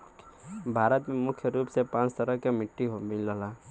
भारत में मुख्य रूप से पांच तरह क मट्टी मिलला